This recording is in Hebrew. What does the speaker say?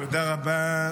תודה רבה,